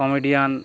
comedian